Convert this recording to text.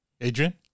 Adrian